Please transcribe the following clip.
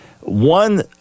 one